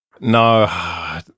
no